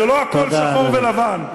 לא הכול שחור ולבן.